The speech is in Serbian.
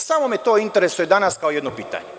Samo me to interesu danas kao jedno pitanje.